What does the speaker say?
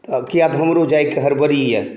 तऽ किया तऽ हमरो जायके हड़बड़ी यऽ